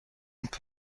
peut